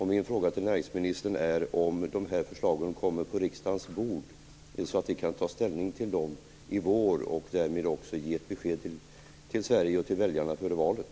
Min fråga till näringsministern är: Kommer de här förslagen på riksdagens bord så att vi kan ta ställning till dem i vår och därmed också ge ett besked till Sverige och till väljarna före valet?